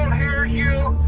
hear you.